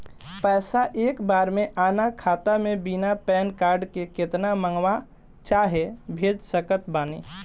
पैसा एक बार मे आना खाता मे बिना पैन कार्ड के केतना मँगवा चाहे भेज सकत बानी?